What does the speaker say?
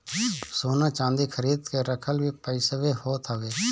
सोना चांदी खरीद के रखल भी पईसवे होत हवे